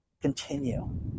continue